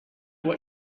what